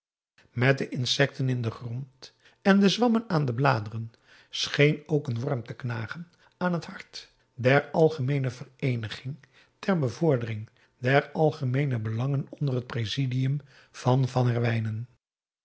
met de insecten in den grond en de zwammen aan de bladeren scheen ook een worm te knagen aan het hart der algemeene vereeniging ter bevordering van algemeene belangen onder het presidium van van herwijnen